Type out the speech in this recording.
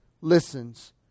listens